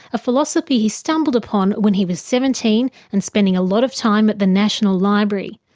a philosophy he stumbled upon when he was seventeen and spending a lot of time at the national library.